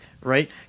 right